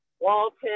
walton